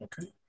Okay